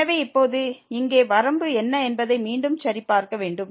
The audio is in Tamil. எனவே இப்போது இங்கே வரம்பு என்ன என்பதை மீண்டும் சரிபார்க்க வேண்டும்